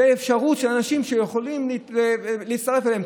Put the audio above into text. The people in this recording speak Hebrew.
ואפשרות לאנשים שיכולים להצטרף אליהם,